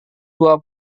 dua